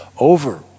over